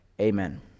amen